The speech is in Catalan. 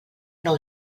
nou